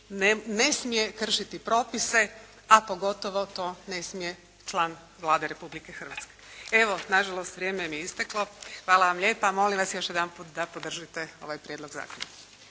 ne smije kršiti propise a pogotovo to ne smije član Vlade Republike Hrvatske. Evo, nažalost vrijeme mi je isteklo. Hvala vam lijepa. Molim vas još jedanput da podržite ovaj prijedlog zakona.